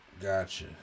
Gotcha